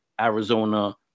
Arizona